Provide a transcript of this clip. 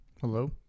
Hello